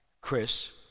Chris